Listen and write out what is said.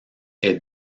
est